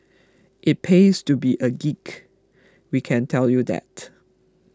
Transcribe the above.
it pays to be a geek we can tell you that